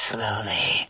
Slowly